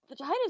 vaginas